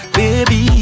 baby